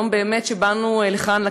יום שבאמת באנו לכאן,